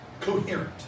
coherent